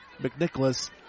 McNicholas